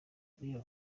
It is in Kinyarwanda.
uriya